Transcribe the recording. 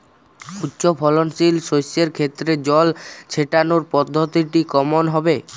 উচ্চফলনশীল শস্যের ক্ষেত্রে জল ছেটানোর পদ্ধতিটি কমন হবে?